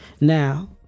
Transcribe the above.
Now